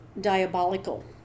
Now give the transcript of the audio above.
diabolical